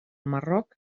marroc